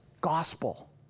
gospel